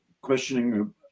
questioning